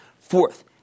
Fourth